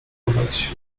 podać